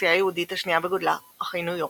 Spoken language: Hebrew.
האוכלוסייה היהודית השנייה בגודלה בעולם אחרי ניו יורק.